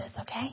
okay